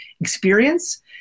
experience